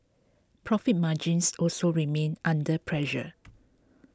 profit margins also remained under pressure